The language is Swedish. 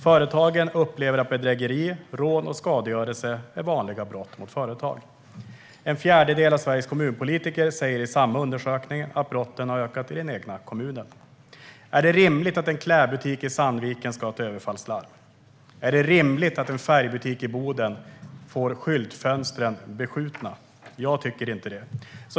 Företagen upplever att bedrägeri, rån och skadegörelse är vanliga brott mot företag. En fjärdedel av Sveriges kommunpolitiker säger i samma undersökning att brotten har ökat i den egna kommunen. Är det rimligt att en klädbutik i Sandviken ska ha ett överfallslarm? Är det rimligt att en färgbutik i Boden får skyltfönstren beskjutna? Jag tycker inte det.